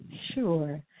sure